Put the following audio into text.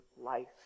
life